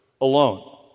alone